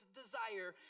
desire